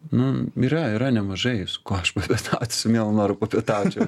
nu yra yra nemažai su kuo aš papietaut su mielu noru papietaučiau